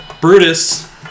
Brutus